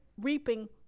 reaping